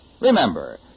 Remember